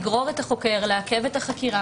לגרור את החוקר, לעכב את החקירה.